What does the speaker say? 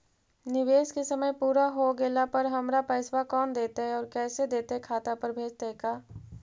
निवेश के समय पुरा हो गेला पर हमर पैसबा कोन देतै और कैसे देतै खाता पर भेजतै का?